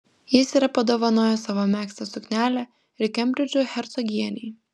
jis yra padovanojęs savo megztą suknelę ir kembridžo hercogienei